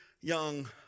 young